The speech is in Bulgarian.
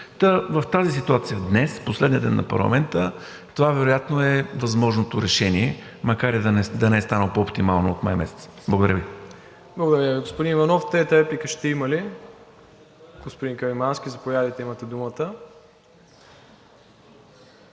В тази ситуация днес, в последния ден на парламента, това вероятно е възможното решение, макар и да не е станало по-оптимално от май месец. Благодаря Ви. ПРЕДСЕДАТЕЛ МИРОСЛАВ ИВАНОВ: Благодаря Ви, господин Иванов. Трета реплика ще има ли? Господин Каримански, заповядайте – имате думата.